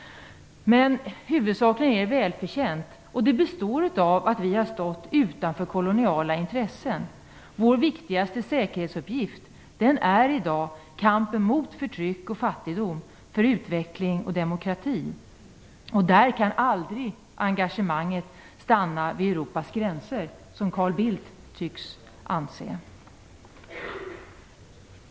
Men huvudsakligen är det välförtjänt, och det beror på att vi har stått utanför koloniala intressen. Vår viktigaste säkerhetsuppgift i dag är kampen mot förtryck och fattigdom, för utveckling och demokrati. Där kan aldrig engagemanget stanna vid Europas gränser, som Carl Bildt tycks anse.